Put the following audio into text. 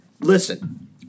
listen